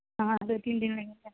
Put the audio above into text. ہاں دو تین دن لگے گا